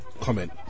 comment